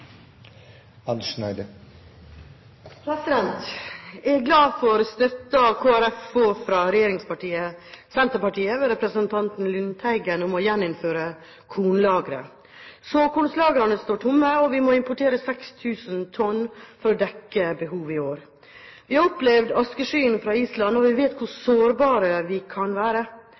glad for støtten Kristelig Folkeparti får fra regjeringspartiet Senterpartiet, ved representanten Lundteigen, om å gjeninnføre kornlagre. Såkornlagrene står tomme, og vi må importere 6 000 tonn for å dekke behovet i år. Vi har opplevd askeskyen fra Island, og vi vet hvor sårbare vi kan